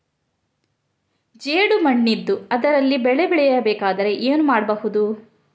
ಜೇಡು ಮಣ್ಣಿದ್ದು ಅದರಲ್ಲಿ ಬೆಳೆ ಬೆಳೆಯಬೇಕಾದರೆ ಏನು ಮಾಡ್ಬಹುದು?